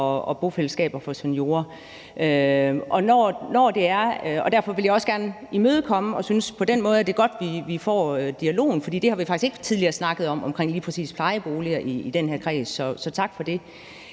og bofællesskaber for seniorer. Derfor vil jeg også gerne imødekomme det, og jeg synes på den måde, at det er godt, at vi får dialogen – for det har vi faktisk ikke tidligere snakket om – omkring lige præcis plejeboliger i den her kreds. Så tak for det.